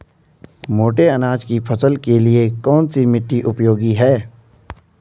मोटे अनाज की फसल के लिए कौन सी मिट्टी उपयोगी है?